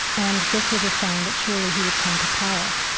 and this was a sign that surely he would come to power.